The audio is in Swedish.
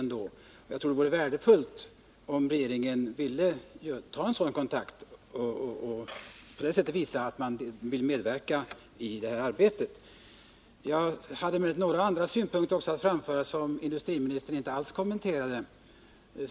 Jag tror att det vore värdefullt om regeringen ville ta en sådan kontakt för att på det sättet visa att man vill medverka i det här arbetet. Jag framförde också några andra synpunkter som industriministern inte alls kommenterade.